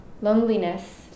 Loneliness